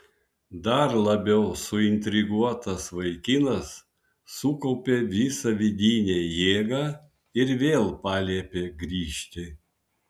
dar labiau suintriguotas vaikinas sukaupė visą vidinę jėgą ir vėl paliepė grįžti